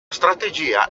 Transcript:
strategia